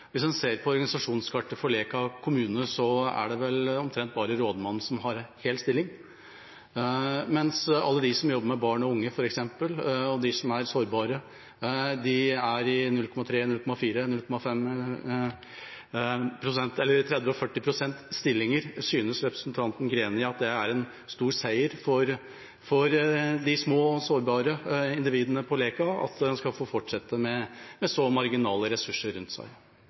Hvis en ser på organisasjonskartet for Leka kommune, så er det vel omtrent bare rådmannen som har en hel stilling, mens f.eks. alle de som jobber med barn og unge, og de som er sårbare, er i 30–40-pst.-stillinger. Synes representanten Greni at det er en stor seier for de små og sårbare individene på Leka at en skal få fortsette med så marginale ressurser rundt seg?